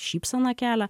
šypseną kelia